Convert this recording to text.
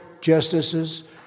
justices